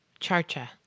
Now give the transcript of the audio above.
charcha